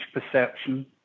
perception